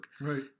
Right